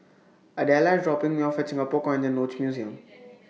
Adella IS dropping Me off At Singapore Coins and Notes Museum